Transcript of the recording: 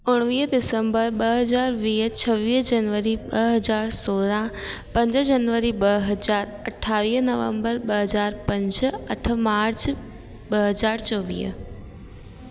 उणिवीह दिसम्बर ॿ हज़ार वीह छवीह जनवरी ॿ हज़ार सोरहां पंज जनवरी ॿ हज़ार अठावीह नवम्बर ॿ हज़ार पंज अठ मार्च ॿ हज़ार चौवीह